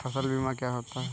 फसल बीमा क्या होता है?